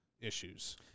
issues